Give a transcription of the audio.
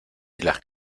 las